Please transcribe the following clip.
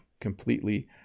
completely